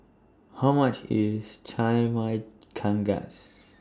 How much IS Chimichangas